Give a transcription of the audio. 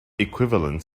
equivalent